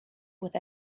with